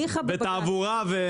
ובתעבורה.